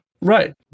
right